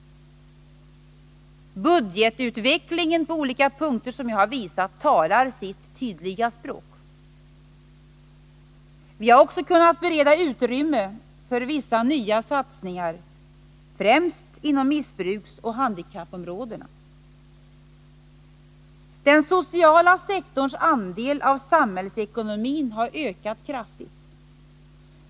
Budgetutvecklingen på olika punkter som jag har pekat på talar sitt tydliga språk. Vi har också kunnat bereda utrymme för vissa nya satsningar, främst inom missbruksoch handikappområdena. Den sociala sektorns andel av samhällsekonomin har ökat kraftigt.